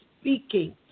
speaking